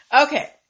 Okay